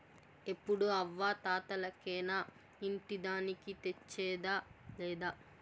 ఎప్పుడూ అవ్వా తాతలకేనా ఇంటి దానికి తెచ్చేదా లేదా